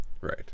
right